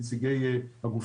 הסיפור הימי חייב חייב להיכנס